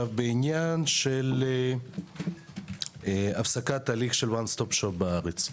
בעניין הפסקת הליך של one stop shop בארץ,